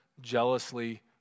jealously